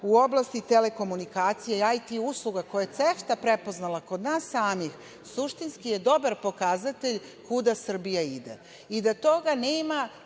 u oblasti telekomunikacija, IT usluga, koje je CEFTA prepoznala kod nas samih suštinski je dobar pokazatelj kuda Srbija ide,